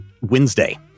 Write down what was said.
Wednesday